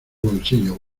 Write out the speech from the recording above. bolsillo